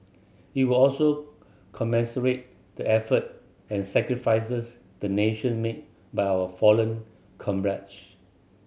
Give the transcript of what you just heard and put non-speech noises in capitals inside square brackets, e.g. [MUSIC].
it will also [UNINTELLIGIBLE] the effort and sacrifices the nation made by our fallen [UNINTELLIGIBLE]